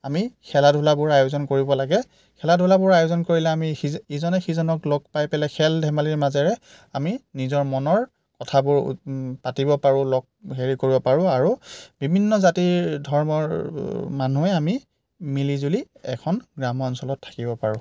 আমি খেলা ধূলাবোৰ আয়োজন কৰিব লাগে খেলা ধূলাবোৰ আয়োজন কৰিলে আমি সিজ ইজনে সিজনক লগ পাই পেলাই খেল ধেমালিৰ মাজেৰে আমি নিজৰ মনৰ কথাবোৰ পাতিব পাৰোঁ লগ হেৰি কৰিব পাৰোঁ আৰু বিভিন্ন জাতিৰ ধৰ্মৰ মানুহে আমি মিলি জুলি এখন গ্ৰাম্যঞ্চলত থাকিব পাৰোঁ